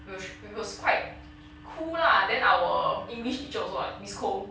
which was which was quite cool lah then our english teacher also [what] miss koh